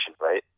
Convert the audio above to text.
right